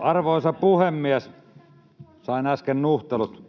Arvoisa puhemies! Sain äsken nuhtelut